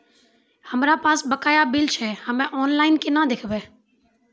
हमरा पास बकाया बिल छै हम्मे ऑनलाइन केना देखबै?